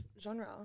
genre